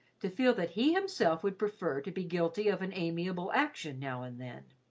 to feel that he himself would prefer to be guilty of an amiable action now and then.